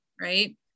right